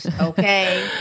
okay